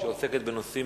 שעוסקת בנושאים